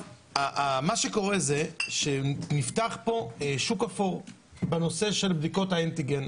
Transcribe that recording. מה שקורה הוא שנפתח פה שוק אפור בנושא של בדיקות האנטיגן.